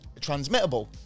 transmittable